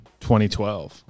2012